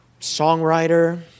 songwriter